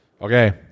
Okay